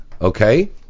Okay